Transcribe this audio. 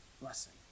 blessing